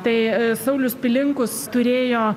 tai saulius pilinkus turėjo